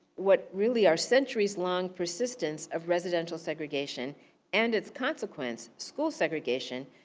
what really are centuries long persistance of residential segregation and it's consequence, school segregation.